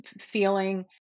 feeling